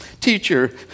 Teacher